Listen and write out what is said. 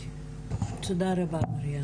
תודה רבה מריאנה,